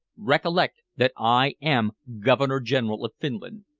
recollect that i am governor-general of finland.